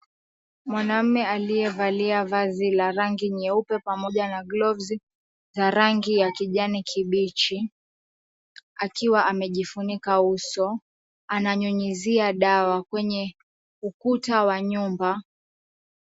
Mwanamume aliyevalia vazi la rangi nyeupe pamoja na gloves za rangi ya kijani kibichi akiwa amejifunika uso ananyunyizia dawa kwenye ukuta wa nyumba.